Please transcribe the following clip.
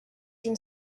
une